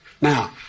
Now